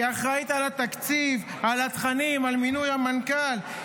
היא אחראית לתקציב, לתכנים, למינוי המנכ"ל,